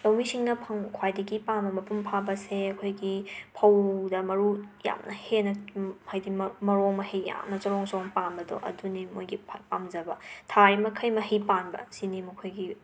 ꯂꯧꯃꯤꯁꯤꯡꯅ ꯐꯪ ꯈ꯭ꯋꯥꯏꯗꯒꯤ ꯃꯄꯨꯡ ꯐꯥꯕꯁꯦ ꯑꯩꯈꯣꯏꯒꯤ ꯐꯧꯗ ꯃꯔꯨ ꯌꯥꯝꯅ ꯍꯦꯟꯅ ꯍꯥꯏꯗꯤ ꯃ ꯃꯔꯣꯡ ꯃꯍꯩ ꯌꯥꯝꯅ ꯆꯔꯣꯡ ꯆꯔꯣꯡ ꯄꯥꯟꯕꯗꯣ ꯑꯗꯨꯅꯤ ꯃꯣꯏꯒꯤ ꯈ꯭ꯋꯥꯏ ꯄꯥꯝꯖꯕ ꯊꯥꯔꯤꯃꯈꯩ ꯃꯍꯩ ꯄꯥꯟꯕ ꯑꯁꯤꯅꯤ ꯃꯈꯣꯏꯒꯤ